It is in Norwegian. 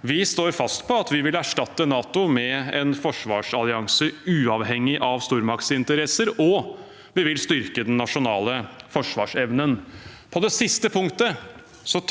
Vi står fast på at vi vil erstatte NATO med en forsvarsallianse uavhengig av stormaktsinteresser, og vi vil styrke den nasjonale forsvarsevnen. På det siste punktet